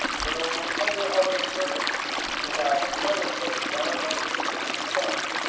though under other circumstances i might have looked down on him with contempt,